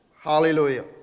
Hallelujah